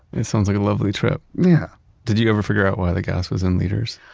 it sounds like a lovely trip yeah did you ever figure out why the gas was in liters?